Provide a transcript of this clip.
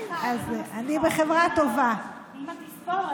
אני מאוד אודה אם את תקשיבי לי,